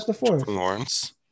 Lawrence